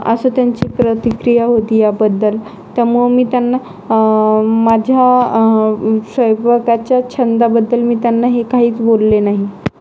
असं त्यांची प्रतिक्रिया होती याबद्दल त्यामुळं मी त्यांना माझ्या स्वयंपाकाच्या छंदाबद्दल मी त्यांना हे काहीच बोलले नाही